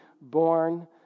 born